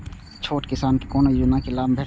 छोट किसान के कोना योजना के लाभ भेटते?